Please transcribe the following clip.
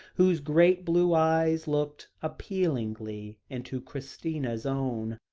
whose great blue eyes looked appealingly into christina's own.